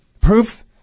proof